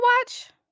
watch